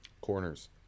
corners